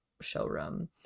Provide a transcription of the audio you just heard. showroom